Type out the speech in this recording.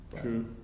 True